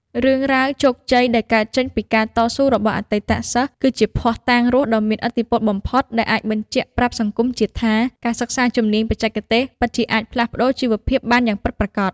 រឿងរ៉ាវជោគជ័យដែលកើតចេញពីការតស៊ូរបស់អតីតសិស្ស គឺជាភស្តុតាងរស់ដ៏មានឥទ្ធិពលបំផុត ដែលអាចបញ្ជាក់ប្រាប់សង្គមជាតិថា ការសិក្សាជំនាញបច្ចេកទេសពិតជាអាចផ្លាស់ប្តូរជីវភាពបានយ៉ាងពិតប្រាកដ។